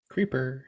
Creeper